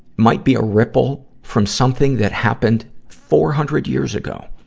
might be a ripple from something that happened four hundred years ago.